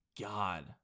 God